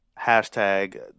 hashtag